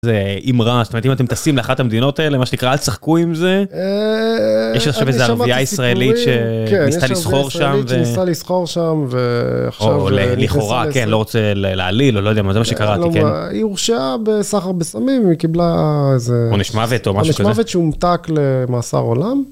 אימרה, זאת אומרת , אם אתם טסים לאחת המדינות האלה מה שנקרא אל תשחקו עם זה, יש לך איזה ערבייה ישראלית שיש לך לסחור שם ולכאורה כן לא רוצה להעליל או לא יודע מה זה שקראתי. היא הורשעה בסחר בסמים קיבלה איזה עונש מוות או משהו כזה שהומתק למאסר עולם.